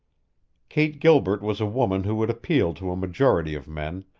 kate gilbert was a woman who would appeal to a majority of men,